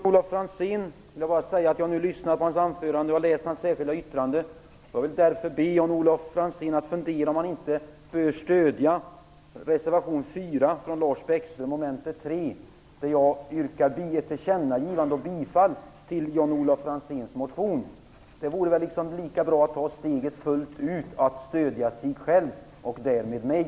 Herr talman! Jag har nu lyssnat på Jan-Olof Franzéns anförande och jag har läst hans särskilda yttrande. Jag vill därför be Jan-Olof Franzén att fundera på om han inte borde stödja reservation 4 av Lars Bäckström, mom. 3, där jag yrkar tillkännagivande och bifall till Jan-Olof Franzéns motion. Det vore väl lika bra att ta steget fullt ut och stödja sig själv och därmed mig.